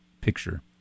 picture